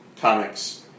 comics